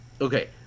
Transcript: Okay